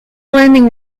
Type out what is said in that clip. landing